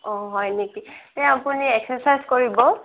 অঁ হয় নেকি তে আপুনি এক্সাৰচাইজ কৰিব